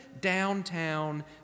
downtown